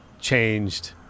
changed